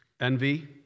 envy